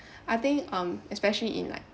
I think um especially in like